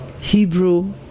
Hebrew